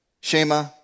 Shema